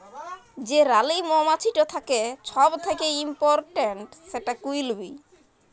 যে রালী মমাছিট থ্যাকে ছব থ্যাকে ইমপরট্যাল্ট, সেট কুইল বী